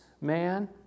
man